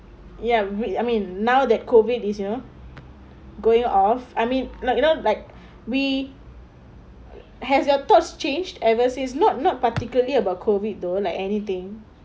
ya which I mean now that COVID is you know going off I mean like you know like we has your thoughts changed ever since not not particularly about COVID though like anything